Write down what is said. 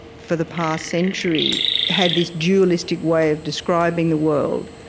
for the past century, had this dualistic way of describing the world.